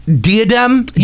Diadem